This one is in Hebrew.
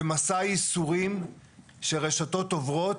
זה מסע ייסורים שהרשתות עוברות.